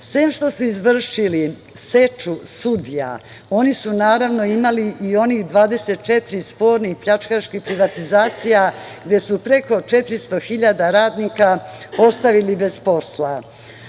što su izvršili seču sudija, oni su imali i 24 spornih pljačkaških privatizacija gde su preko 400 radnika ostavili bez posla.